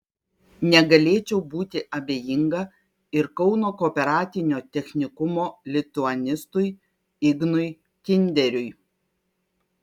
negalėčiau būti abejinga ir kauno kooperatinio technikumo lituanistui ignui kinderiui